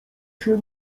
się